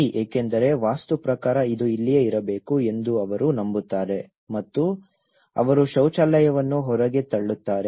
ಸರಿ ಏಕೆಂದರೆ ವಾಸ್ತು ಪ್ರಕಾರ ಇದು ಇಲ್ಲಿಯೇ ಇರಬೇಕು ಎಂದು ಅವರು ನಂಬುತ್ತಾರೆ ಮತ್ತು ಅವರು ಶೌಚಾಲಯವನ್ನು ಹೊರಗೆ ತಳ್ಳುತ್ತಾರೆ